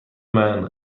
man